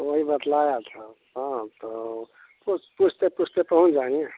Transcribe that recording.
तो वही बदलाया था हाँ तो पूछ पूछते पूछते पहुँच जाएँगे